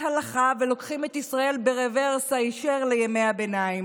למדינת הלכה ולוקחים את ישראל ברוורס הישר לימי הביניים,